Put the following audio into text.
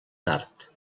tard